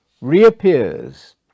reappears